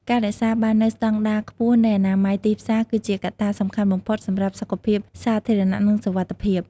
ការរក្សាបាននូវស្តង់ដារខ្ពស់នៃអនាម័យទីផ្សារ គឺជាកត្តាសំខាន់បំផុតសម្រាប់សុខភាពសាធារណៈ និងសុវត្ថិភាព។